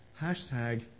hashtag